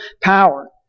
power